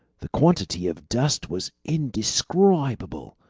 the quantity of dust was indescribable.